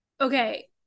Okay